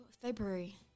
february